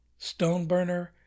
Stoneburner